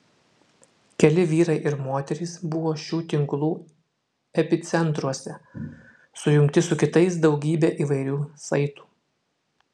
keli vyrai ir moterys buvo šių tinklų epicentruose sujungti su kitais daugybe įvairių saitų